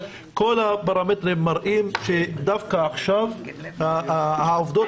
כל הפרמטרים מראים שדווקא עכשיו העובדות